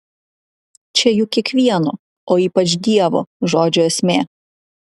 čia juk kiekvieno o ypač dievo žodžio esmė